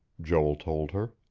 joel told her.